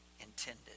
intended